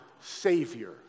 Savior